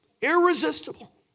Irresistible